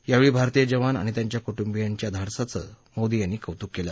यावेळी भारतीय जवान आणि त्यांच्या कुटुंबियाच्या धाडसाच मोदी यांनी कौतुक केलं